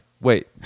wait